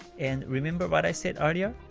and remember what i said earlier?